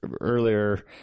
earlier